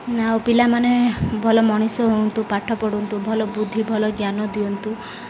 ଆଉ ପିଲାମାନେ ଭଲ ମଣିଷ ହୁଅନ୍ତୁ ପାଠ ପଢ଼ନ୍ତୁ ଭଲ ବୁଦ୍ଧି ଭଲ ଜ୍ଞାନ ଦିଅନ୍ତୁ